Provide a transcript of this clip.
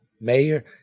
Mayor